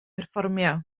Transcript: perfformio